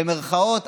במירכאות,